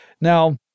now